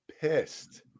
pissed